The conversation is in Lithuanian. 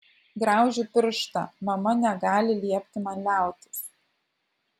graužiu pirštą mama negali liepti man liautis